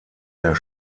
der